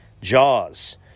Jaws